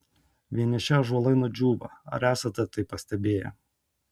vieniši ąžuolai nudžiūva ar esate tai pastebėję